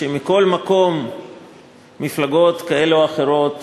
שמכל מקום מפלגות כאלה או אחרות